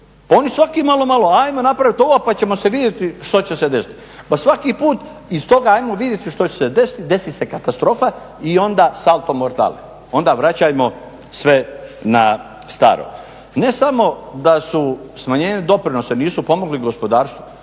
Pa oni svako malo, malo, ajmo napraviti ovo pa ćemo se vidjeti što će se desiti, pa svaki put i stoga ajmo vidjeti što će se desiti, desi se katastrofa i onda salto morale, onda vraćajmo sve na staro. Ne samo da su smanjenje doprinosa nisu pomogli gospodarstvu